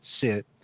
sit